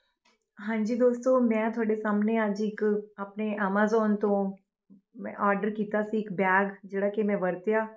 ਹਾਂਜੀ ਦੋਸਤੋ ਮੈਂ ਤੁਹਾਡੇ ਸਾਹਮਣੇ ਅੱਜ ਇੱਕ ਆਪਣੇ ਐਮਾਜ਼ੋਨ ਤੋਂ ਮੈਂ ਆਰਡਰ ਕੀਤਾ ਸੀ ਇੱਕ ਬੈਗ ਜਿਹੜਾ ਕਿ ਮੈਂ ਵਰਤਿਆ